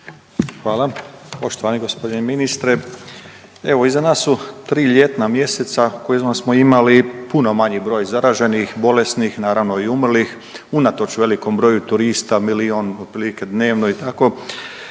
Hvala. Poštovani g. ministre. Evo iza nas su 3 ljetna mjeseca u kojima smo imali puno manji broj zaraženih, bolesnih, naravno i umrlih, unatoč velikom broju turista, milijun, otprilike dnevno i tako.